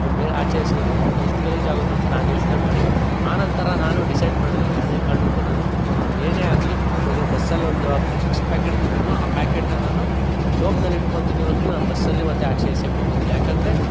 ನಾನು ಬೇರೆ ಆಚೆ ಎಸೆದ್ರೆ ಎಷ್ಟು ಗಲೀಜಾಗುತ್ತೆ ಅಂತ ನಾನು ಯೋಚನೆ ಮಾಡಿ ಆನಂತರ ನಾನು ಡಿಸೈಡ್ ಮಾಡಿದೆ ಯಾವುದೇ ಕಾರಣಕ್ಕು ನಾನು ಏನೇ ಆಗಲಿ ಇವಾಗ ಬಸ್ಸಲ್ಲೊಂದು ಚಿಪ್ಸ್ ಪ್ಯಾಕೆಟ್ ತಿಂದ್ರು ಆ ಪ್ಯಾಕೆಟ್ನ ನಾನು ಜೋಬ್ನಲ್ಲಿ ಇಟ್ಕೊಂತೀನಿ ಹೊರತು ನಾ ಬಸ್ಸಲ್ಲಿ ಮತ್ತು ಆಚೆ ಎಸಿಯೋಕ್ ಹೋಗುದಿಲ್ಲ ಯಾಕಂದರೆ